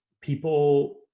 people